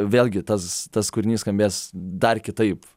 vėlgi tas tas kūrinys skambės dar kitaip